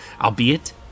albeit